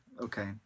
Okay